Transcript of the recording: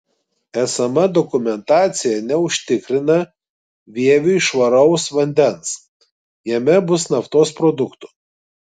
esama dokumentacija neužtikrina vieviui švaraus vandens jame bus naftos produktų